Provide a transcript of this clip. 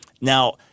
Now